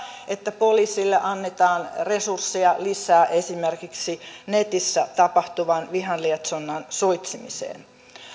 että poliisille annetaan resursseja lisää esimerkiksi netissä tapahtuvan vihan lietsonnan suitsimiseen